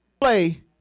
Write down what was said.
play